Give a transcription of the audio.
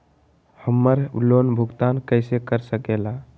हम्मर लोन भुगतान कैसे कर सके ला?